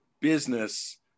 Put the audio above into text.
business